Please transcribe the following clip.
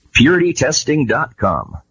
PurityTesting.com